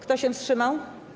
Kto się wstrzymał?